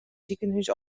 sikehús